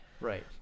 Right